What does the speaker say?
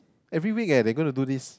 every week eh they gonna do this